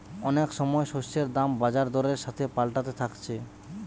অনেক সময় শস্যের দাম বাজার দরের সাথে পাল্টাতে থাকছে